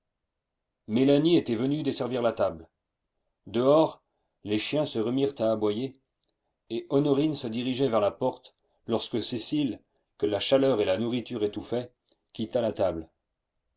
mélanie était venue desservir la table dehors les chiens se remirent à aboyer et honorine se dirigeait vers la porte lorsque cécile que la chaleur et la nourriture étouffaient quitta la table